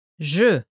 Je